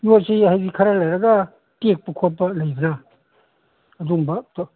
ꯌꯣꯠꯁꯤ ꯍꯥꯏꯗꯤ ꯈꯔ ꯂꯩꯔꯒ ꯇꯦꯛꯄ ꯈꯣꯠꯄ ꯂꯩꯕ꯭ꯔꯥ ꯑꯗꯨꯝꯕꯗꯣ